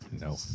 No